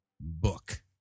book